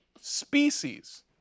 species